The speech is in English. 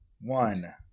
One